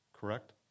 correct